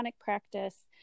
practice